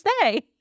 say